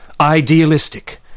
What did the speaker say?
idealistic